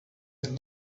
with